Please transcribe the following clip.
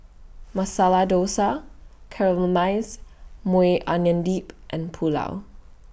Masala Dosa Caramelized Maui Onion Dip and Pulao